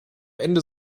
ende